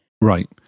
Right